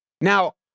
Now